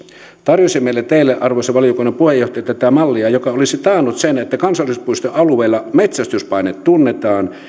tarjosimme teille teille arvoisa valiokunnan puheenjohtaja tätä mallia joka olisi taannut sen että kansallispuiston alueella metsästyspaine tunnetaan